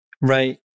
Right